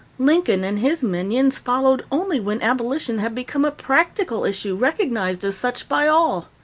lincoln and his minions followed only when abolition had become a practical issue, recognized as such by all.